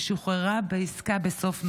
ששוחררה בעסקה בסוף נובמבר.